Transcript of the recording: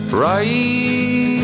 right